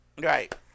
Right